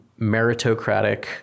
meritocratic